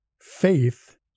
faith